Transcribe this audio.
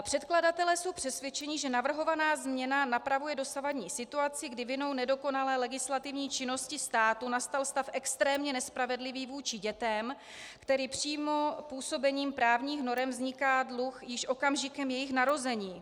Předkladatelé jsou přesvědčeni, že navrhovaná změna napravuje dosavadní situaci, kdy vinou nedokonalé legislativní činnosti státu nastal stav extrémně nespravedlivý vůči dětem, tedy přímo působením právních norem vzniká dluh již okamžikem jejich narození.